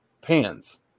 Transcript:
pans